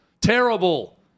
Terrible